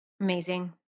Amazing